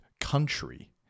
country